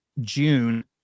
June